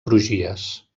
crugies